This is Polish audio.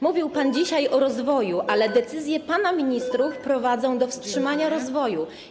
Mówił pan dzisiaj o rozwoju, ale decyzje pana ministrów prowadzą do wstrzymania rozwoju.